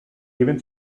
given